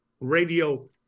radio